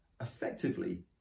effectively